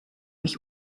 mich